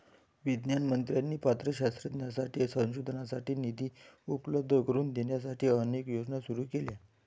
विज्ञान मंत्र्यांनी पात्र शास्त्रज्ञांसाठी संशोधनासाठी निधी उपलब्ध करून देण्यासाठी अनेक योजना सुरू केल्या